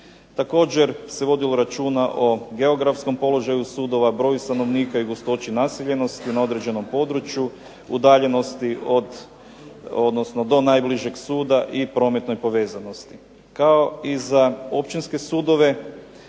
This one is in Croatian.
Također se vodilo računa o geografskom položaju sudova, broju stanovnika i gustoći naseljenosti na određenom području, udaljenosti do najbližeg suda i prometnoj povezanosti. Kao i za općinske sudove,